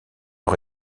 rez